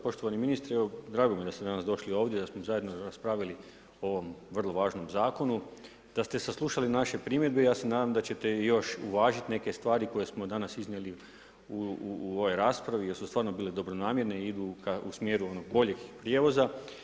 Poštovani ministre, evo drago mi je da ste danas došli ovdje, da smo zajedno raspravili o ovom vrlo važnom zakonu, daste saslušali naše primjedbe, ja se nadam da ćete još uvažiti neke stvari koje smo danas iznijeli u ovoj raspravi jer su stvarno bile dobronamjerne i idu ka smjeru boljeg prijevoza.